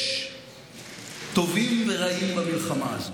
יש טובים ורעים במלחמה הזו.